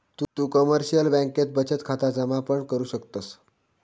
तु कमर्शिअल बँकेत बचत खाता जमा पण करु शकतस